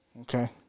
Okay